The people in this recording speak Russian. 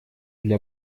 для